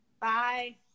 Bye